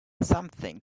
something